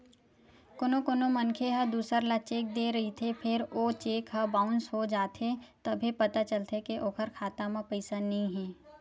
कोनो कोनो मनखे ह दूसर ल चेक दे रहिथे फेर ओ चेक ह बाउंस हो जाथे तभे पता चलथे के ओखर खाता म पइसा नइ हे